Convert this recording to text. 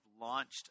launched